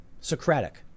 Socratic